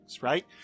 right